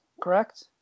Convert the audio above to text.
correct